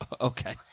Okay